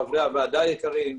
חברי הוועדה היקרים,